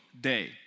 day